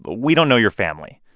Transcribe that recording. but we don't know your family.